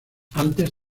antes